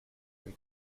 dem